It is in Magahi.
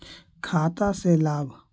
खाता से लाभ?